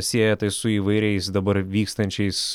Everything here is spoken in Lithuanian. sieja tai su įvairiais dabar vykstančiais